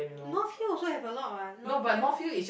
North here also have a lot what North here